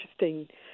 interesting